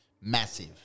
Massive